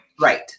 Right